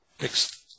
next